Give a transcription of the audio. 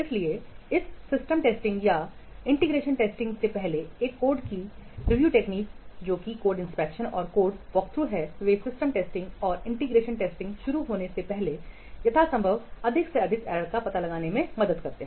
इसलिए इस system testing या एकीकरण टेस्टिंग से पहले इस कोड की रिव्यू तकनीक जो कि कोड इंस्पेक्शन और कोड वॉकथ्रू है वे सिस्टम टेस्टिंग और एकीकरण टेस्टिंग शुरू होने से पहले यथासंभव अधिक एरर्स का पता लगाने में मदद करते हैं